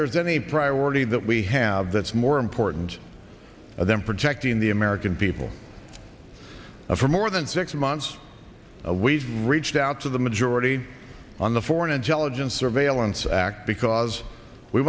there's any priority that we have that's more important than protecting the american people and for more than six months we've reached out to the majority on the foreign intelligence surveillance act because we